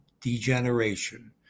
degeneration